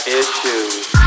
issues